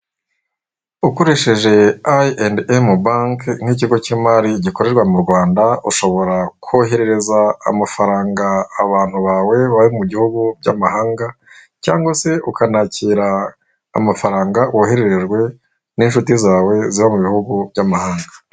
Ukoresheje I&M banki nk'ikigo cy'imari gikorerwa mu Rwanda ushobora kohererereza amafaranga abantu bawe ba mu bihugu by'amahanga, cyangwa se ukanakira amafaranga wohererejwe n'inshuti zawe zo mu bihugu by'amahanga.